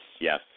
Yes